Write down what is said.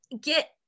get